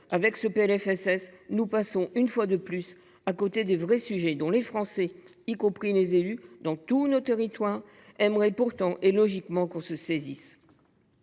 Avec ce PLFSS, nous passons une fois de plus à côté des vrais sujets dont les Français, y compris les élus, dans tous nos territoires, aimeraient pourtant, très logiquement, que nous